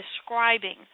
describing